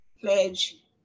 pledge